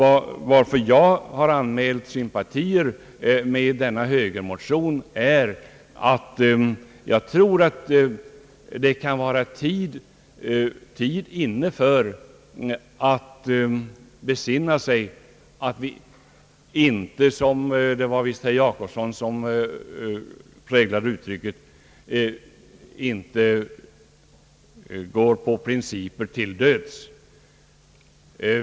Anledningen till att jag har anmält sympatier med denna högermotion är att jag tror att tiden kan vara inne för att besinna att vi inte — som visst herr Jacobsson uttryckte det — »går på principer till döds».